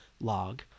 log